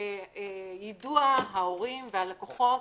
יידוע ההורים והלקוחות.